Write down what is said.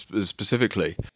specifically